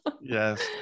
Yes